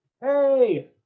Hey